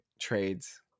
trades